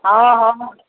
हँ हँ